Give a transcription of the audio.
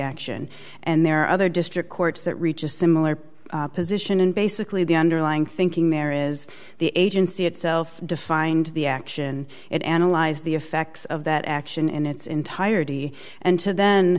action and there are other district courts that reach a similar position and basically the underlying thinking there is the agency itself defined the action it analyze the effects of that action in its entirety and to then